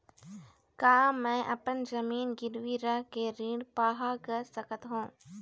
का मैं अपन जमीन गिरवी रख के ऋण पाहां कर सकत हावे?